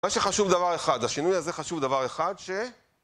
מה שחשוב, דבר אחד, השינוי הזה חשוב, דבר אחד, ש...